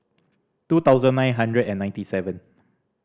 two thousand nine hundred and ninety seven